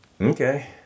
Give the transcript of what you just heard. Okay